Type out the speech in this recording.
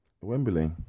Wembley